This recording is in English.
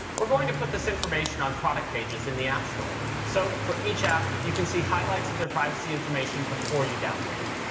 we're going to put this information on product pages in the app store. so for each app, you can see highlights of their privacy information before you download it.